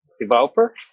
developer